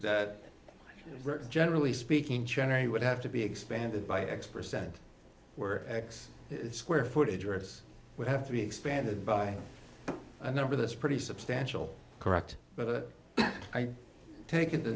that generally speaking generally would have to be expanded by x percent where x square footage arrives would have to be expanded by a number that's pretty substantial correct but i take it t